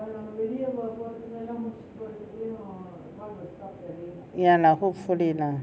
ya lah hopefully lah